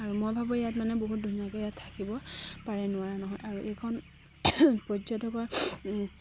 আৰু মই ভাবোঁ ইয়াত মানে বহুত ধুনীয়াকৈ ইয়াত থাকিব পাৰে নোৱাৰা নহয় আৰু এইখন পৰ্যটকৰ